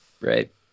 Right